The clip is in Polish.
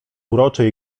uroczy